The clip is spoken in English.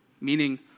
meaning